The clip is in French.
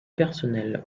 personnel